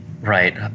Right